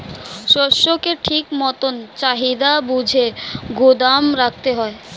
শস্যকে ঠিক মতন চাহিদা বুঝে গুদাম রাখতে হয়